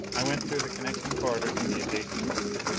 i went through the connecting corridor to the adjacent building.